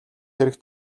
хэрэгт